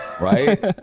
Right